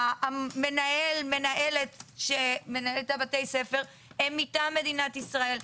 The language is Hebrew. המנהל או המנהלת של בתי הספר הם מטעם מדינת ישראל.